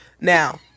Now